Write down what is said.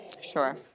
Sure